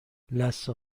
لثه